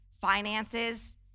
finances